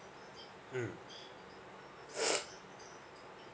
mm